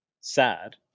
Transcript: sad